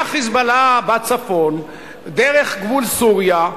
מה"חיזבאללה" בצפון דרך גבול סוריה,